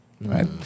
Right